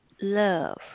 love